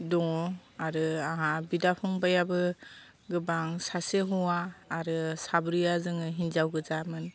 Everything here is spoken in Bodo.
दङ आरो आंहा बिदा फंबाइआबो गोबां सासे हौवा आरो साब्रैआ जोङो हिनजाव गोजामोन